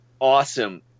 awesome